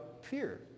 fear